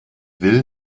will